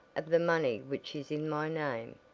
of the money which is in my name,